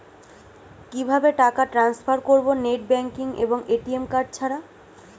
কিভাবে টাকা টান্সফার করব নেট ব্যাংকিং এবং এ.টি.এম কার্ড ছাড়া?